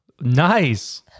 Nice